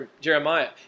Jeremiah